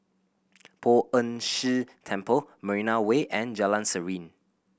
Poh Ern Shih Temple Marina Way and Jalan Serene